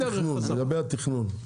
לגבי התכנון,